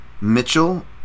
Mitchell